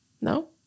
no